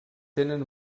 tenen